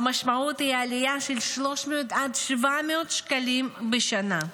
והמשמעות היא עלייה של 300 עד 700 שקלים בשנה,